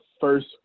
first